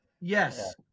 Yes